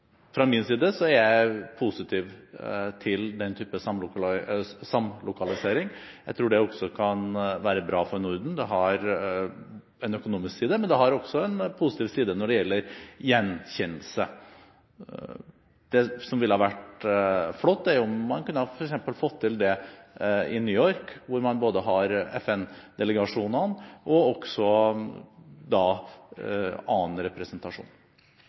Fra min side er jeg positiv til den type samlokalisering. Jeg tror det også kan være bra for Norden. Det har en økonomisk side, men det har også en positiv side når det gjelder gjenkjennelse. Det som ville ha vært flott, er om man f.eks. kunne fått dette til i New York, hvor man både har FN-delegasjonene og også annen representasjon.